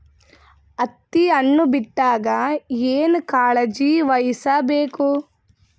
ಹತ್ತಿ ಹಣ್ಣು ಬಿಟ್ಟಾಗ ಏನ ಕಾಳಜಿ ವಹಿಸ ಬೇಕು?